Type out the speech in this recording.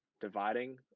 dividing